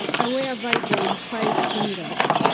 i wear vibram five fingers.